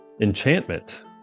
enchantment